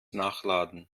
nachladen